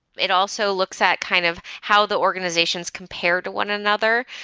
it also looks at kind of how the organizations compare to one another.